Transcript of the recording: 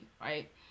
right